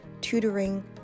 tutoring